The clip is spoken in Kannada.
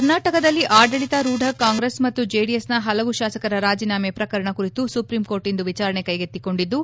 ಕರ್ನಾಟಕದಲ್ಲಿ ಆಡಳಿತಾರೂಢ ಕಾಂಗ್ರೆಸ್ ಮತ್ತು ಜೆಡಿಎಸ್ನ ಹಲವು ಶಾಸಕರ ರಾಜೀನಾಮೆ ಪ್ರಕರಣ ಕುರಿತು ಸುಪ್ರೀಂಕೋರ್ಟ್ ಇಂದು ವಿಚಾರಣೆ ಕೈಗೆತ್ತಿಕೊಂಡಿದ್ದು